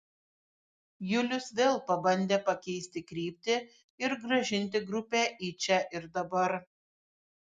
julius vėl pabandė pakeisti kryptį ir grąžinti grupę į čia ir dabar